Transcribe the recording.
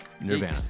Nirvana